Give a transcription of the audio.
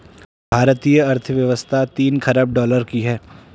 भारतीय अर्थव्यवस्था तीन ख़रब डॉलर की है